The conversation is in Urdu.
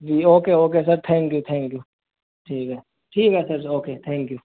G okay okay sir thank you thank you ٹھیک ہے ٹھیک ہے سر اوکے تھینک یو